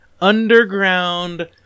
underground